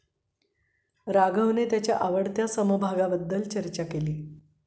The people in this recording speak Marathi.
राघवने त्याच्या आवडत्या समभागाबद्दल चर्चा केली